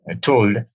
told